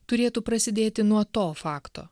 turėtų prasidėti nuo to fakto